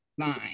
fine